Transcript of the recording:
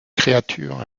créatures